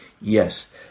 Yes